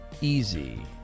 easy